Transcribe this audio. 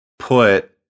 put